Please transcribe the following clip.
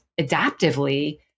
adaptively